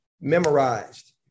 memorized